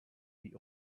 the